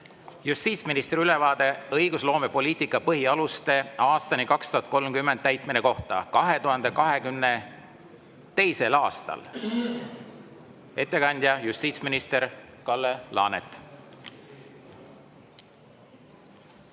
justiitsministri ülevaade "Õigusloomepoliitika põhialuste aastani 2030" täitmise kohta 2022. aastal. Ettekandja on justiitsminister Kalle Laanet.